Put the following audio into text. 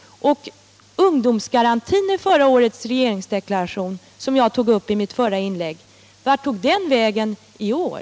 Och ungdomsgarantin i förra årets regeringsdeklaration, som jag tog upp i mitt förra inlägg, vart tog den vägen i år?